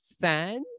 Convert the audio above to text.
fans